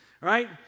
Right